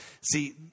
see